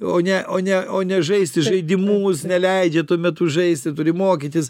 o ne o ne o ne žaisti žaidimus neleidžia tuo metu žaisti turi mokytis